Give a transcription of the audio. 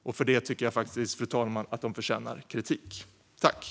Jag tycker faktiskt, fru talman, att de förtjänar kritik för det.